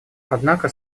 однако